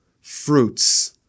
fruits